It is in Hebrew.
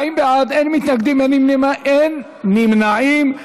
40 בעד, אין מתנגדים, אין נמנעים,